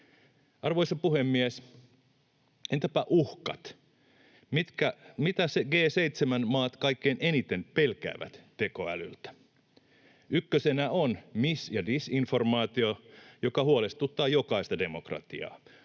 Arvoisa puhemies! Entäpä uhkat? Mitä G7-maat kaikkein eniten pelkäävät tekoälyltä? Ykkösenä on mis‑ ja disinformaatio, joka huolestuttaa jokaista demokratiaa.